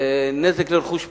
על נזק לרכוש פרטי.